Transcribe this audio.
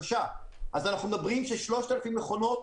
אם כך אנחנו מדברים על 3,000 מכונות.